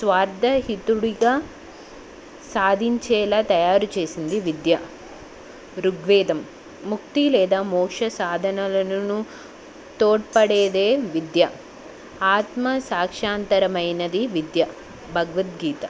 స్వార్దాహితుడిగా సాధించేలా తయారుచేసింది విద్య రుగ్వేదం ముక్తి లేదా మోక్ష సాధనలను తోడ్పడేదే విద్య ఆత్మ సాక్షాంతరమైనది విద్య భగవద్గీత